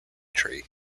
tree